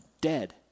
dead